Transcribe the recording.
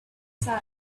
aside